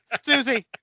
Susie